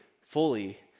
fully